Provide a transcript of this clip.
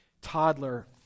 toddler